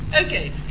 okay